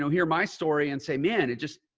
so hear my story and say, man, it just,